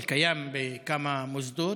אבל קיים בכמה מוסדות,